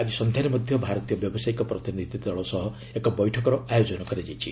ଆକି ସନ୍ଧ୍ୟାରେ ମଧ୍ୟ ଭାରତୀୟ ବ୍ୟାବସାୟିକ ପ୍ରତିନିଧି ଦଳ ସହ ଏକ ବୈଠକର ଆୟୋଜନ କରାଯାଇଛି